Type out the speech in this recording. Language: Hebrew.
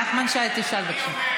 נחמן שי, תשאל בבקשה.